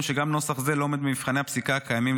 שגם נוסח זה לא עומד במבחני הפסיקה הקיימים,